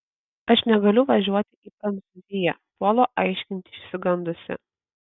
aš negaliu važiuoti į prancūziją puolu aiškinti išsigandusi